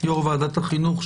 יו"ר ועדת החינוך,